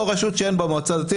או רשות שאין בה מועצה דתית.